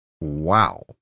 Wow